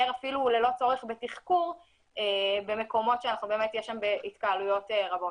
אפילו ללא צורך בתחקור במקומות שבאמת יש שם התקהלויות רבות.